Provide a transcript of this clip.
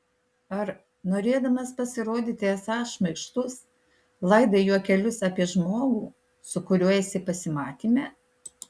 ar norėdamas pasirodyti esąs šmaikštus laidai juokelius apie žmogų su kuriuo esi pasimatyme